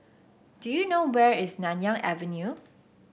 do you know where is Nanyang Avenue